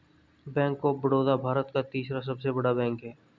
bank of Baroda Bharat का तीसरा सबसे बड़ा बैंक हैं